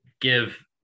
give